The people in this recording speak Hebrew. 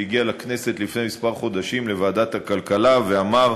הוא הגיע לכנסת לפני כמה חודשים לוועדת הכלכלה ואמר: